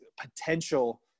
potential